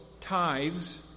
tithes